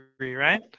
right